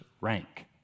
rank